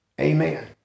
Amen